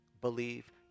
believe